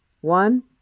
One